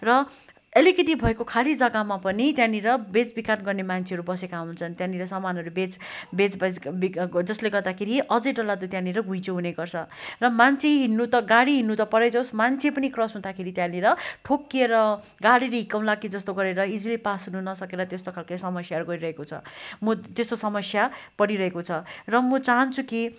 र अलिकति भएको खालि जग्गामा पनि त्यहाँनिर बेच बिखन गर्ने मान्छेहरू बसेका हुन्छन् त्याँनिर सामानहरू बेच बेच जसले गर्दाखेरि अजै डरलाग्दो त्यहाँनिर घुइँचो हुने गर्छ र मान्छे हिँड्नु त गाडी हिँड्नु त परै जावोस् मान्छे पनि क्रस हुँदाखेरि त्यहाँनिर ठोक्किएर गाडीले हिर्काउला कि जस्तो गरेर इजिली पास हुन नसकेर त्यस्तो खालको समस्या गरिरहेको छ म त्यस्तो समस्या परिरहेको छ र म चाहन्छु कि